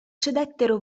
cedettero